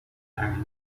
پرنده